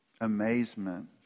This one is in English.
amazement